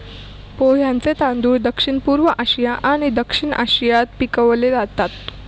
पोह्यांचे तांदूळ दक्षिणपूर्व आशिया आणि दक्षिण आशियात पिकवले जातत